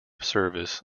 service